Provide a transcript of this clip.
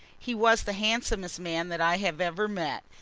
he was the handsomest man that i have ever met,